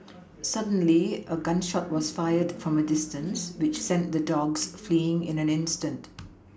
suddenly a gun shot was fired from a distance which sent the dogs fleeing in an instant